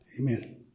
amen